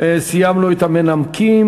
סיימנו את המנמקים.